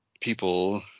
people